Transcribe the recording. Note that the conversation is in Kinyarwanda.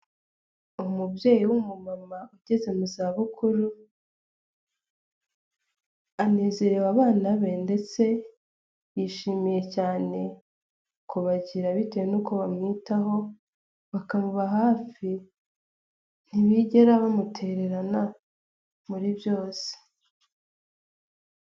Umubyeyi w'umumama ugeze mu zabukuru, anezerewe abana be ndetse yishimiye cyane kubakira bitewe n'uko bamwitaho, bakamuba hafi, ntibigera bamutererana muri byose.